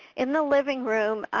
in the living room,